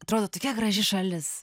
atrodo tokia graži šalis